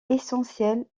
essentiel